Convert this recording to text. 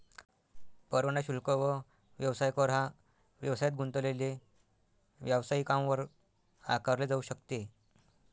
परवाना शुल्क व व्यवसाय कर हा व्यवसायात गुंतलेले व्यावसायिकांवर आकारले जाऊ शकते